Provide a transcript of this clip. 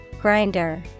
Grinder